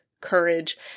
courage